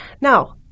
Now